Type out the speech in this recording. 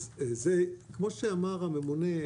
אז כמו שאמר הממונה,